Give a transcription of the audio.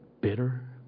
bitter